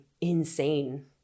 insane